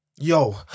Yo